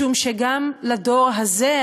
משום שגם לדור הזה,